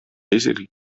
isiklik